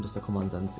the commander's